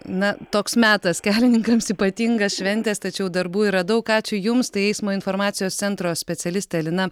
na toks metas kelininkams ypatingas šventės tačiau darbų yra daug ačiū jums tai eismo informacijos centro specialistė lina